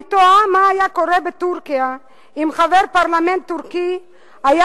אני תוהה מה היה קורה בטורקיה אם חבר פרלמנט טורקי היה